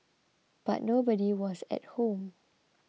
but nobody was at home